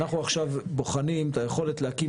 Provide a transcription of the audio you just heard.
אנחנו עכשיו בוחנים את היכולת להקים